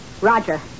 Roger